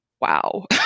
wow